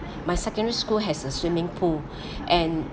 my secondary school has a swimming pool and